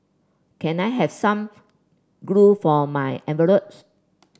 can I have some glue for my envelopes